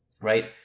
right